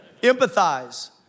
Empathize